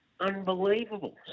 Unbelievable